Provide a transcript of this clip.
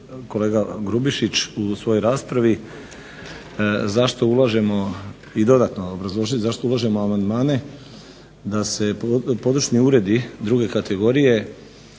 kolega Grubišić u svojoj raspravi i dodatno obrazložit zašto ulažemo amandmane da se područni uredi II. kategorije